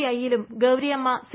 ഐയിലും Gouriamma C